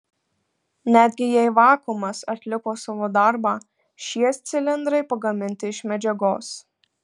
netgi jei vakuumas atliko savo darbą šie cilindrai pagaminti iš medžiagos